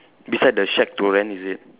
beside the shack to rent is it